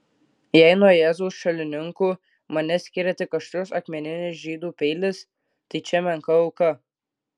jei nuo jėzaus šalininkų mane skiria tik aštrus akmeninis žydų peilis tai čia menka auka